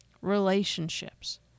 Relationships